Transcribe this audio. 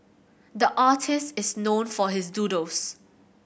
the artist is known for his doodles